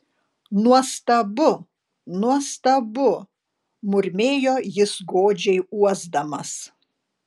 nuostabu nuostabu murmėjo jis godžiai uosdamas